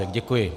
Děkuji.